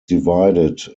divided